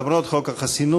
למרות חוק החסינות,